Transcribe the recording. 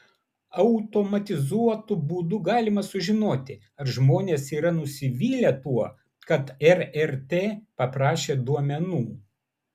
automatizuotu būdu galima sužinoti ar žmonės yra nusivylę tuo kad rrt paprašė duomenų